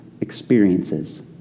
experiences